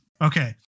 Okay